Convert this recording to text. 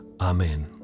Amen